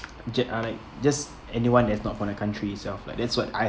ju~ are like just anyone that is not from that country itself like that's what I